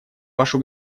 вашу